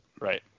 right